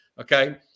okay